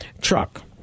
truck